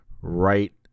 right